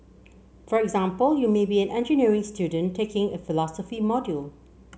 for example you may be an engineering student taking a philosophy module